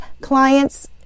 clients